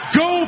go